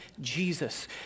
Jesus